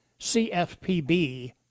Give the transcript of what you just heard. CFPB